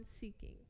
seeking